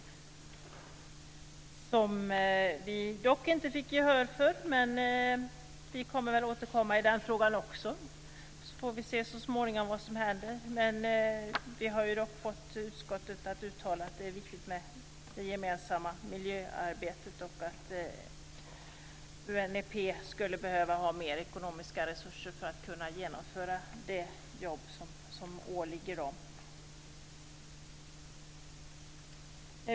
Det fick vi dock inte gehör för. Men vi återkommer väl i den frågan också. Vi får se vad som händer så småningom. Vi har dock fått utskottet att uttala att det gemensamma miljöarbetet är viktigt och att UNEP skulle behöva ha mer ekonomiska resurser för att kunna genomföra det jobb som åligger dem.